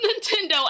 Nintendo